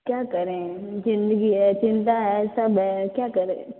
क्या करें जिंदगी है चिंता है सब है क्या करें